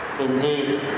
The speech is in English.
indeed